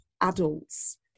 adults